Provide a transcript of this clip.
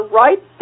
right